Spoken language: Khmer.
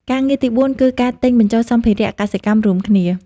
ការងារទីបួនគឺ ការទិញបញ្ចូលសម្ភារៈកសិកម្មរួមគ្នា។